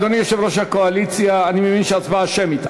אדוני יושב-ראש הקואליציה, אני מבין שהצבעה שמית.